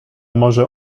może